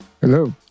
Hello